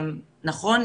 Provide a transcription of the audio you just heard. קודם כול,